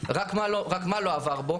רק מה לא עבר בו?